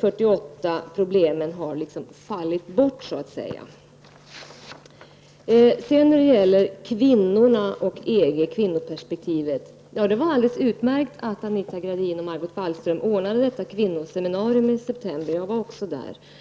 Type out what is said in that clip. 48 problem har fallit bort. Vidare har vi kvinnoperspektivet och EG. Det var alldeles utmärkt av Anita Gradin och Margot Wallström att ordna detta kvinnoseminarium i september. Jag var också där.